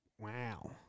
Wow